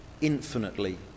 infinitely